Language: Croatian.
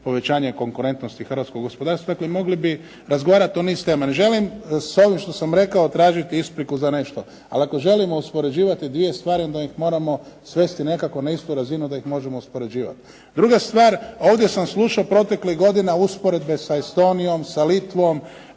povećanje konkurentnosti hrvatskog gospodarstva, dakle mogli bi razgovarati o niz tema. Ne želim s ovim što sam rekao tražiti ispriku za nešto, ali ako želimo uspoređivati 2 stvari, onda ih moramo svesti nekako na istu razinu da ih možemo uspoređivati. Druga stvar, ovdje sam slušao proteklih godina usporedbe sa Estonijom, sa Litvom,